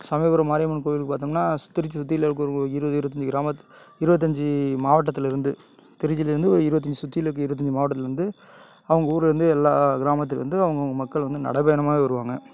சமயபுரம் மாரியம்மன் கோவில் பார்த்தம்னா சு திருச்சி சுத்தி இருக்கிற இருபது இருபத்தஞ்சி கிராமத் இருபத்தஞ்சி மாவட்டத்தில் இருந்து திருச்சியில் இருந்து ஒரு இருபத்தஞ்சி சுற்றிலருக்க இருபத்தஞ்சி மாவட்டத்திலருந்து அவங்க ஊரில் இருந்து எல்லா கிராமத்தில் இருந்து அவங்க அவங்க மக்கள் வந்து நடைப்பயணமாகவே வருவாங்க